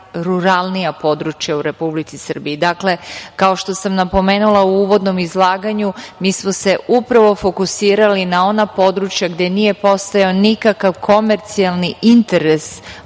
uvodnom izlaganju, mi smo se upravo fokusirali na ona područja gde nije postojao nikakav komercijalni interes mobilnih